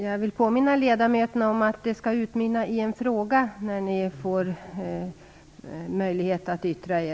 Jag vill påminna ledamöterna om att det skall utmynna i en fråga när ni får möjlighet att yttra er.